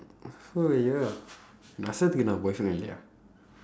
oh ya nasrathukku என்னா:ennaa boyfriend இல்லையா:illaiyaa